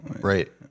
right